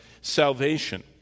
salvation